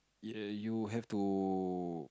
ya you have to